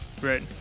Right